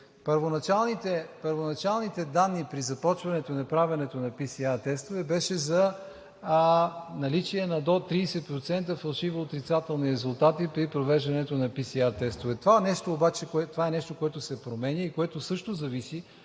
Първоначалните данни при започването на правенето на PСR тестове беше за наличие на до 30% фалшиво-отрицателни резултати при провеждането на PСR тестове. Това е нещо обаче, което се променя и което също зависи